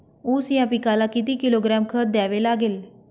ऊस या पिकाला किती किलोग्रॅम खत द्यावे लागेल?